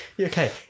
Okay